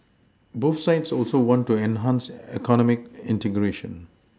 both sides also want to enhance economic integration